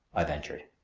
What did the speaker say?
i ventured.